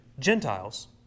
Gentiles